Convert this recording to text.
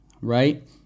right